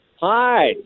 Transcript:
Hi